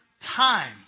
time